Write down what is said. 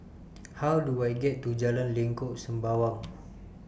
How Do I get to Jalan Lengkok Sembawang